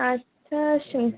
আচ্ছা সেই